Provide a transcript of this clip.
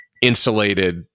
insulated